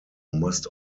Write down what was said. must